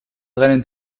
rennen